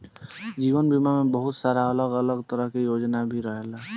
जीवन बीमा में बहुत सारा अलग अलग तरह के योजना भी रहेला